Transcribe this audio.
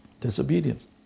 Disobedience